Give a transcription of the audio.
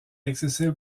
accessible